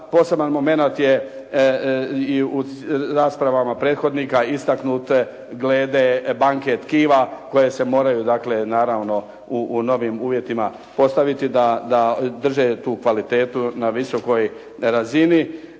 Poseban momenat je u raspravama prethodnika istaknut glede banke tkiva koje se moraju dakle naravno u novim uvjetima postaviti da drže tu kvalitetu na visokoj razini.